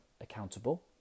accountable